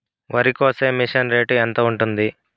వరికోసే machine rate ఎంత ఉంటుంది?